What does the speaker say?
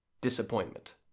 Disappointment